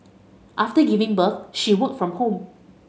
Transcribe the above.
after giving birth she worked from home